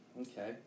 Okay